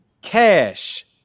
Cash